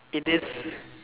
it is